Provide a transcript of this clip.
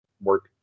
work